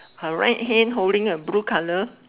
her right hand holding a blue colour